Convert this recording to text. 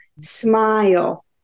smile